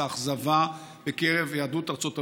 האכזבה בקרב יהדות ארצות הברית,